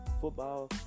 football